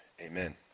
amen